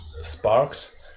sparks